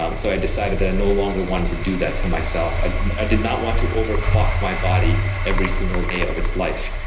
um so i decided that i no longer wanted to do that to myself. i i did not want to over clock my body every single day of its life.